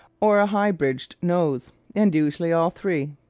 or a high-bridged nose and usually all three.